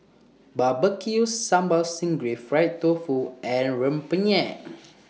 Barbecue Sambal Sting Ray Fried Tofu and Rempeyek